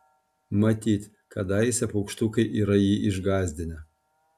matyt kadaise paukštukai yra jį išgąsdinę